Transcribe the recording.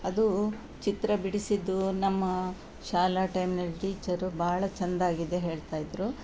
ಅದು ಚಿತ್ರ ಬಿಡಿಸಿದ್ದು ನಮ್ಮ ಶಾಲೆ ಟೈಮ್ನಲ್ಲಿ ಟೀಚರು ಭಾಳ ಚೆಂದಾಗಿದೆ ಹೇಳ್ತಾ ಇದ್ದರು